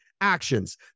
actions